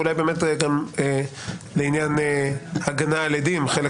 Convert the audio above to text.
ואולי באמת גם לעניין הגנה על עדים חלק